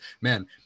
man